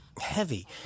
heavy